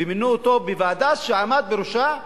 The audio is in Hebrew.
ומינו אותו לוועדה, הוא עמד בראשה,